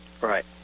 Right